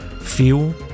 fuel